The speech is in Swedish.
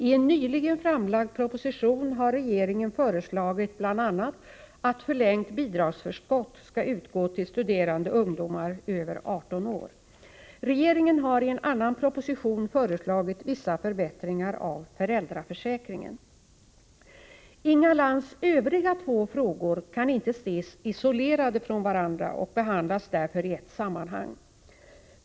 I en nyligen framlagd proposition föreslagit vissa förbättringar av föräldraförsäkringen. Inga Lantz övriga två frågor kan inte ses isolerade från varandra och behandlas därför i ett sammanhang.